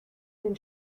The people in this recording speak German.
den